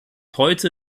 heute